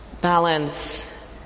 balance